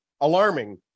alarming